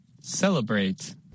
celebrate